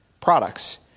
products